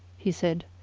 he said.